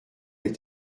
est